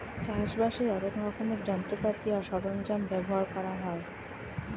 চাষবাসের অনেক রকমের যন্ত্রপাতি আর সরঞ্জাম ব্যবহার করা হয়